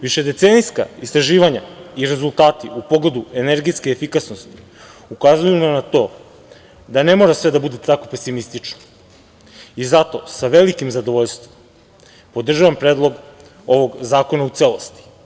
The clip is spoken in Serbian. Višedecenijska istraživanja i rezultati u pogledu energetske efikasnosti ukazuju na to da ne mora sve da bude tako pesimistično i zato sa velikim zadovoljstvom podržavam Predlog ovog zakona u celosti.